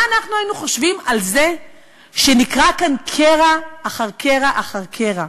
מה אנחנו היינו חושבים על זה שנקרע כאן קרע אחר קרע אחר קרע,